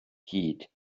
hud